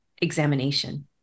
examination